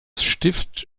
stift